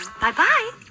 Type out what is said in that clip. Bye-bye